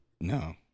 No